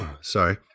sorry